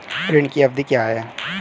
ऋण की अवधि क्या है?